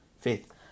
faith